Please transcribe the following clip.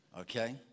Okay